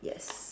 yes